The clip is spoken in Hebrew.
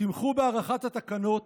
תמכו בהארכת התקנות,